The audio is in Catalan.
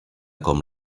com